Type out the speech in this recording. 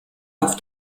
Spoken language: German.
auf